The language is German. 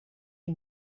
die